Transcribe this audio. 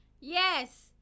Yes